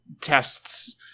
tests